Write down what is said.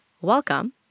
welcome